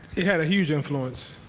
had a huge influence.